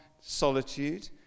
solitude